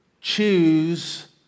Choose